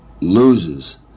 loses